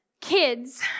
Kids